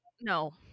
no